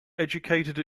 educated